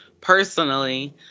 personally